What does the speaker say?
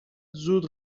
زود